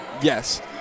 yes